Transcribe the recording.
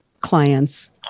clients